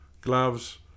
gloves